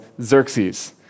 Xerxes